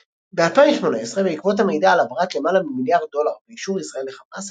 ב-2018 בעקבות המידע על העברת למעלה ממיליארד דולאר באישור ישראל לחמאס,